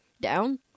down